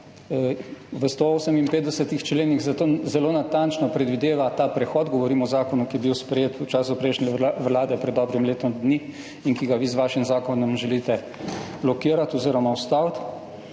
v 158 členih zelo natančno predvideva ta prehod, govorim o Zakonu, ki je bil sprejet v času prejšnje vlade pred dobrim letom dni in ki ga vi s svojim zakonom želite blokirati oziroma ustaviti.